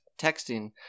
texting